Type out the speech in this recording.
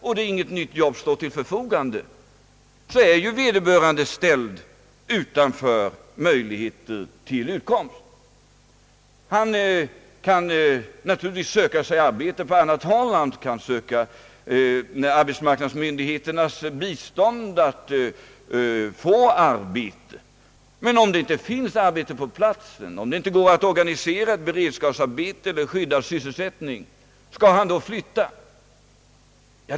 Om inget nytt jobb står till förfogande är ju vederbörande ställd utanför möjligheter till utkomst. Han kan naturligtvis söka sig arbete på annat håll, han kan begära arbetsmarknadsmyndigheternas bistånd att få arbete. Men om det inte finns arbete på platsen, om det inte går att organisera beredskapsarbete eller skyddad sysselsättning, skall han då flytta?